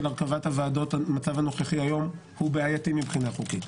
היום של הרכבת הוועדות הוא בעייתי מבחינה חוקית.